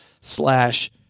slash